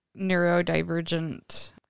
neurodivergent